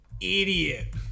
idiot